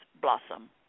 blossom